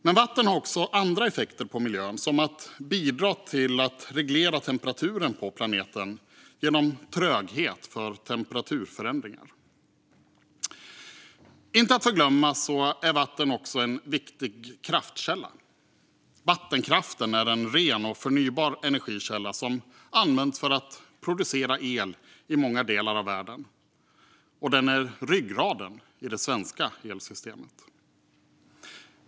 Men vatten har också andra effekter på miljön, till exempel att bidra till att reglera temperaturen på planeten genom tröghet för temperaturförändringar. Inte att förglömma är vatten också en viktig kraftkälla. Vattenkraften är en ren och förnybar energikälla som används för att producera el i många delar av världen, och den är ryggraden i det svenska elsystemet.